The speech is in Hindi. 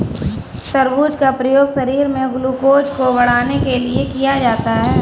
तरबूज का प्रयोग शरीर में ग्लूकोज़ को बढ़ाने के लिए किया जाता है